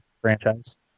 Franchise